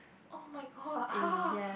oh my god